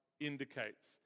indicates